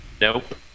Nope